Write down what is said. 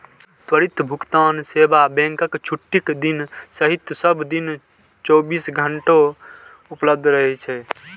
त्वरित भुगतान सेवा बैंकक छुट्टीक दिन सहित सब दिन चौबीसो घंटा उपलब्ध रहै छै